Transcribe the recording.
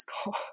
school